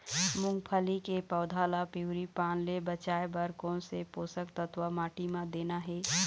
मुंगफली के पौधा ला पिवरी पान ले बचाए बर कोन से पोषक तत्व माटी म देना हे?